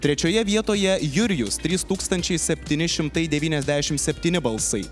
trečioje vietoje jurijus trys tūkstančiai septyni šimtai devyniasdešimt septyni balsai